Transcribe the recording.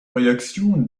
réactions